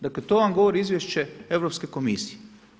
Dakle to vam govori izvješće Europske komisije.